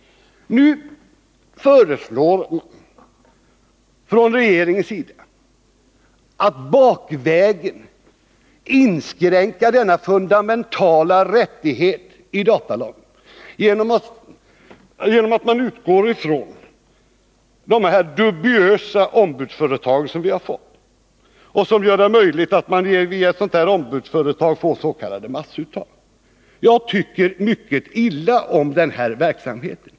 Nu föreslår regeringen att vi bakvägen skall inskränka denna fundamentala rättighet. Man utgår från de här dubiösa ombudsföretagen som gör massuttag. Jag tycker mycket illa om denna verksamhet.